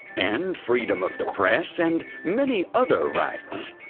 and freedom of the press, and many other rights.